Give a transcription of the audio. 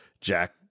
Jack